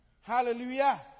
Hallelujah